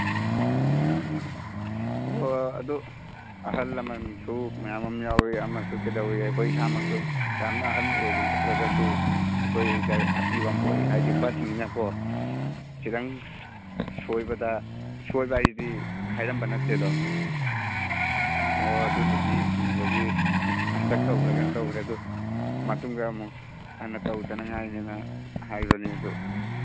ꯑꯣ ꯑꯗꯨ ꯑꯍꯜ ꯂꯃꯟꯁꯨ ꯃꯌꯥꯝ ꯑꯃ ꯌꯥꯎꯔꯤ ꯑꯃꯁꯨ ꯀꯩꯗꯧꯋꯤ ꯑꯩꯈꯣꯏ ꯏꯁꯥꯃꯛꯁꯨ ꯌꯥꯝꯅ ꯑꯍꯟ ꯑꯣꯏꯔꯨꯗ꯭ꯔꯒꯁꯨ ꯑꯩꯈꯣꯏꯗ ꯑꯀꯤꯕ ꯑꯃ ꯄꯣꯛꯏ ꯍꯥꯏꯗꯤ ꯕꯁꯅꯤꯅꯀꯣ ꯈꯤꯇꯪ ꯁꯣꯏꯕꯗ ꯁꯣꯏꯕ ꯍꯥꯏꯁꯤꯗꯤ ꯍꯥꯏꯔꯝꯕ ꯅꯠꯇꯦꯗꯣ ꯑꯣ ꯑꯗꯨꯗꯨꯒꯤ ꯀꯤꯕꯒꯤ ꯍꯟꯗꯛ ꯇꯧꯈ꯭ꯔꯒꯅ ꯇꯧꯈ꯭ꯔꯦ ꯑꯗꯨ ꯃꯇꯨꯡꯗ ꯑꯃꯨꯛ ꯍꯟꯅ ꯇꯧꯗꯅꯉꯥꯏꯅꯤꯅ ꯍꯥꯏꯕꯅꯤ ꯑꯗꯨ